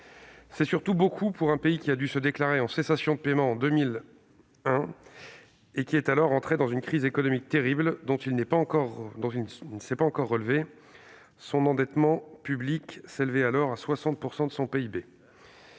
C'est surtout beaucoup pour un pays qui a dû se déclarer en cessation de paiements en 2001 et qui est alors entré dans une crise économique terrible, dont il ne s'est pas encore relevé. Son endettement public s'élevait alors à 60 % de son PIB.